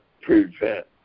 prevent